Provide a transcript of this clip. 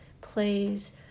plays